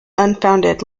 unfounded